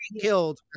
killed